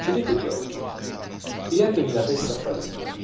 chiudete gli occhi pigliatevi la testa fra le mani